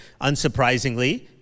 unsurprisingly